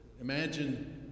imagine